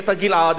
את הגלעד,